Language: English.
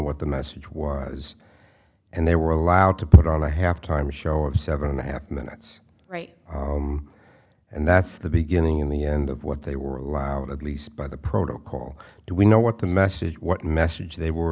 what the message was and they were allowed to put on the halftime show of seven and a half minutes right and that's the beginning in the end of what they were allowed at least by the protocol do we know what the message what message they were